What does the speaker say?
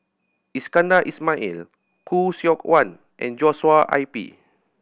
Iskandar Ismail Khoo Seok Wan and Joshua I P